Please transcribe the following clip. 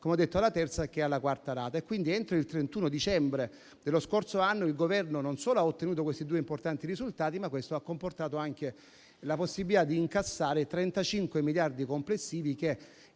come ho detto, alla terza, sia alla quarta rata. Pertanto, entro il 31 dicembre dello scorso anno, non solo il Governo ha ottenuto questi due importanti risultati, ma questo ha comportato anche la possibilità di incassare 35 miliardi complessivi che,